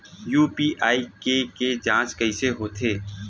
UPI के के जांच कइसे होथे?